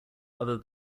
other